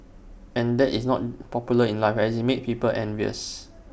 and that is not popular in life as IT makes people envious